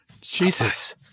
Jesus